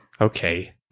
Okay